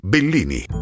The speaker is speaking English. Bellini